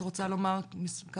את רוצה לומר כמה